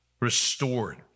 restored